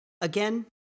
again